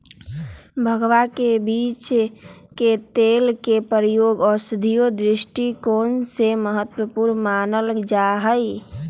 भंगवा के बीज के तेल के प्रयोग औषधीय दृष्टिकोण से महत्वपूर्ण मानल जाहई